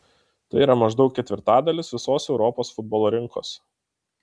tai yra maždaug ketvirtadalis visos europos futbolo rinkos